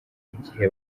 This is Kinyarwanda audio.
igihe